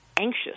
anxious